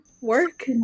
work